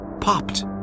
popped